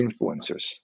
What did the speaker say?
influencers